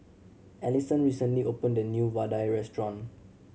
Alisson recently opened a new vadai restaurant